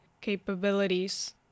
capabilities